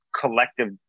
collective